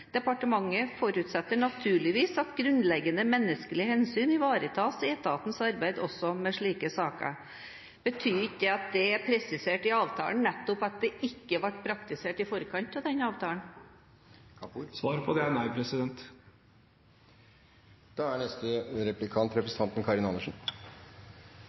departementet forutsetter naturligvis at grunnleggende menneskelige hensyn ivaretas i etatens arbeid også med disse sakene.» Betyr ikke det at det i avtalen nettopp er presisert at det ikke ble praktisert i forkant av den avtalen? Svaret på det er nei. Nå tror jeg vi er